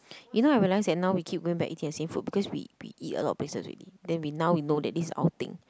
you know I realise now we keep going back eating the same food because we we eat a lot of places already then we now we know that this is our thing